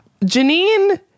Janine